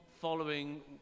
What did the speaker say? following